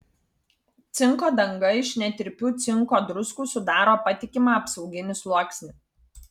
cinko danga iš netirpių cinko druskų sudaro patikimą apsauginį sluoksnį